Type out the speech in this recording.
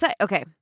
okay